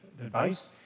advice